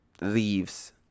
leaves